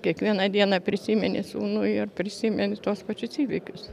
kiekvieną dieną prisimeni sūnų ir prisimeni tuos pačius įvykius